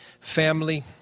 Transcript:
family